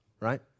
right